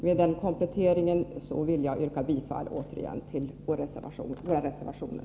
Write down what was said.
Med denna komplettering vill jag återigen yrka bifall till våra reservationer.